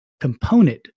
component